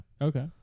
Okay